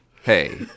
Hey